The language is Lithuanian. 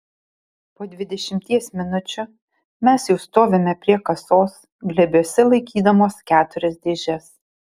po dvidešimties minučių mes jau stovime prie kasos glėbiuose laikydamos keturias dėžes